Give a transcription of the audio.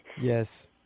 Yes